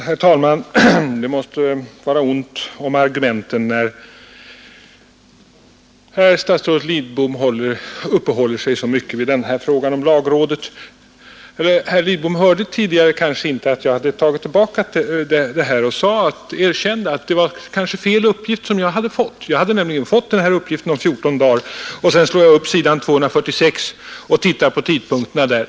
Herr talman! Det måste vara ont om argumenten när statsrådet Lidbom uppehåller sig så mycket vid frågan om lagrådet. Herr Lidbom hörde kanske inte att jag erkände att jag möjligen hade fått fel uppgift. Jag hade nämligen först fått den här uppgiften om 14 dagar, varpå jag slog upp sidan 246 i propositionen 122 och tittade på tidpunkterna där.